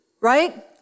right